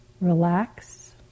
relax